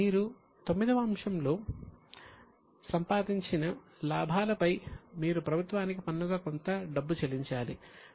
మీరు IX లో సంపాదించిన లాభాలపై మీరు ప్రభుత్వానికి పన్నుగా కొంత డబ్బు చెల్లించాలి